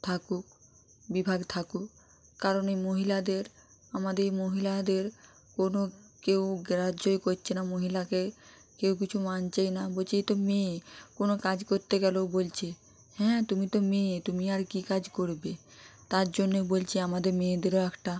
থাকুক বিভাগ থাকুক কারণ এই মহিলাদের আমাদের এই মহিলাদের কোনো কেউ গ্রাহ্যই করছে না মহিলাকে কেউ কিছু মানছেই না বলছে এ তো মেয়ে কোনো কাজ করতে গেলেও বলছে হ্যাঁ তুমি তো মেয়ে তুমি আর কী কাজ করবে তার জন্যে বলছি আমাদের মেয়েদেরও একটা